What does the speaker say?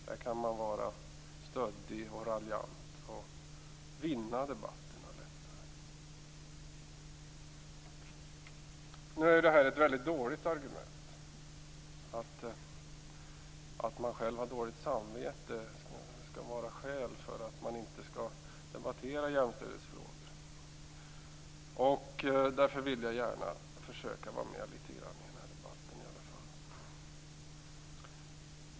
Då kan man vara stöddig och raljant, och man kan vinna debatterna lättare. Nu är det här ett väldigt dåligt argument. Att man själv har dåligt samvete skall inte vara skäl att inte debattera jämställdhetsfrågor. Därför vill jag gärna försöka var med litet grand i denna debatt i alla fall.